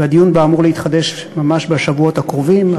והדיון בה אמור להתחדש ממש בשבועות הקרובים,